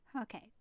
Okay